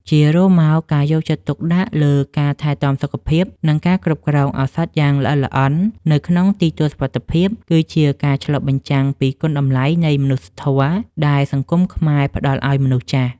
ជារួមមក ការយកចិត្តទុកដាក់លើការថែទាំសុខភាព និងការគ្រប់គ្រងឱសថយ៉ាងល្អិតល្អន់នៅក្នុងទីទួលសុវត្ថិភាព គឺជាការឆ្លុះបញ្ចាំងពីគុណតម្លៃនៃមនុស្សធម៌ដែលសង្គមខ្មែរផ្តល់ឱ្យមនុស្សចាស់។